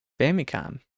Famicom